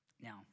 Now